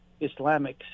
Islamic